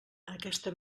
aquesta